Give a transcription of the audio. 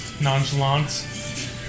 nonchalant